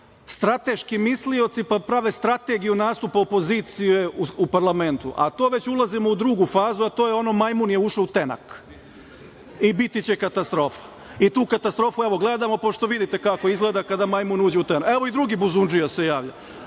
strateški mislioci pa prave strategiju nastupa opozicije u parlamentu. Tu već ulazimo u drugu fazu, a to je ono - majmun je ušao u tenak i biti će katastrofa.(Narodni poslanici dobacuju.)Tu katastrofu evo gledamo, pošto vidite kako izgleda kada majmun uđe u tenak. Evo i drugi buzundžija se javlja.